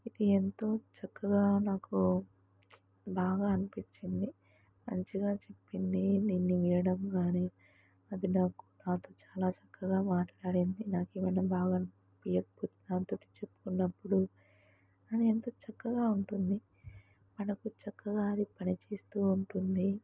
ఇది ఎంతో చక్కగా నాకు బాగా అనిపించింది మంచిగా చెప్పింది విని ఇయడం కానీ అది నాకు నాతో చాలా చక్కగా మాట్లాడింది నాకు ఏమైనా బాగా అనిపించకపోతె దానితోటి చెప్పుకున్నప్పుడు అది ఎంతో చక్కగా ఉంటుంది మనకు చక్కగా అది పనిచస్తూ ఉంటుంది